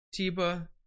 Tiba